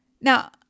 Now